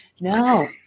No